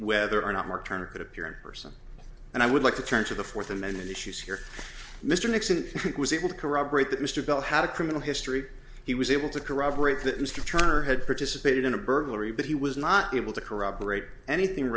whether or not mark turner could appear in person and i would like to turn to the fourth amendment issues here mr nixon was able to corroborate that mr bell had a criminal history he was able to corroborate that mr turner had participated in a burglary but he was not able to corroborate anything